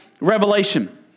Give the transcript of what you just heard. Revelation